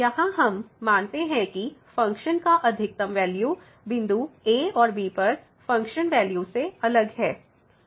यहां हम मानते हैं कि फ़ंक्शन का अधिकतम वैल्यू बिन्दु a और b पर फ़ंक्शन वैल्यू से अलग है